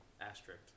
Asterisk